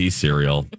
cereal